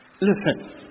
Listen